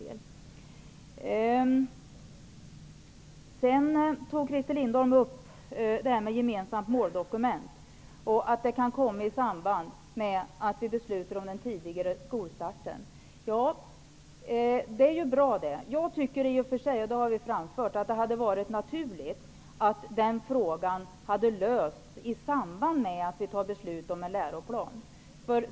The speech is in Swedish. Christer Lindblom nämnde det gemensamma måldokumentet och sade att det kan komma i samband med att vi beslutar om tidigare skolstart. Ja, det är bra. Jag tycker i och för sig -- vi har framfört den uppfattningen -- att det hade varit naturligt att klara den frågan i samband med beslutet om en läroplan.